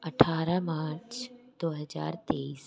अट्ठारह मार्च दो हज़ार तेईस